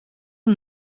him